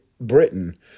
Britain